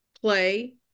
play